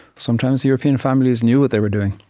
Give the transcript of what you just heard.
sometimes the european families knew what they were doing,